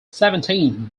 seventeen